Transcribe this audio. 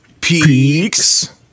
Peaks